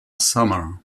summer